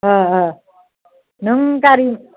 अ अ नों गारि